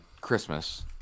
Christmas